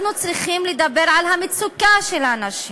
אנחנו צריכים לדבר על המצוקה של הנשים,